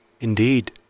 Indeed